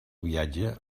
viatge